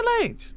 Lange